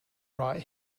right